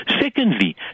Secondly